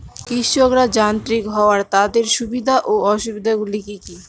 কৃষকরা যান্ত্রিক হওয়ার তাদের সুবিধা ও অসুবিধা গুলি কি কি?